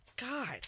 God